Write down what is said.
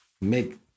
make